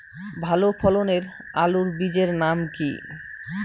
ভালো ফলনের আলুর বীজের নাম কি?